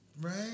right